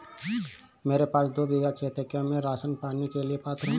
मेरे पास दो बीघा खेत है क्या मैं राशन पाने के लिए पात्र हूँ?